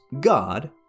God